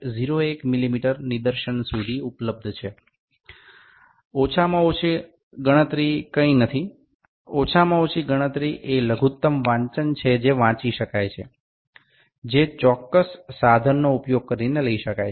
01 મીમી નિર્દશન સુધી ઉપલબ્ધ છે ઓછામાં ઓછી ગણતરી કંઈ નથી ઓછામાં ઓછી ગણતરી એ લઘુતમ વાંચન જે વાંચી શકાય છે જે ચોક્કસ સાધનનો ઉપયોગ કરીને લઈ શકાય છે